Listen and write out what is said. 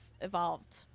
evolved